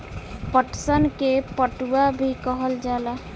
पटसन के पटुआ भी कहल जाला